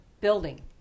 building